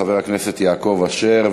חבר הכנסת יעקב אשר,